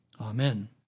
Amen